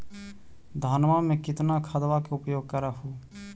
धानमा मे कितना खदबा के उपयोग कर हू?